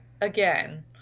again